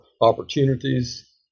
opportunities